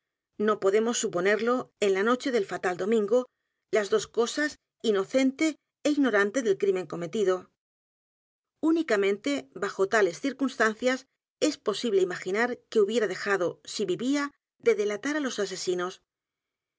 no podernos suponerlo en la noche del fatal domingo las dos cosas inocente é ignorante del crimen cometido únicamente bajo tales circunstancias es posible imaginar que hubiera dejado si vivía de delatar á los asesinos